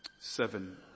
seven